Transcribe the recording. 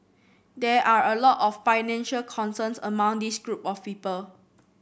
there are a lot of financial concerns among this group of people